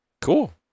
Cool